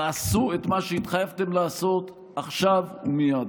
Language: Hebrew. תעשו את מה שהתחייבתם לעשות עכשיו ומייד.